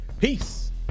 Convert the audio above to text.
peace